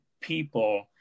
people